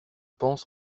pense